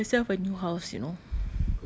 but she bought herself a new house you know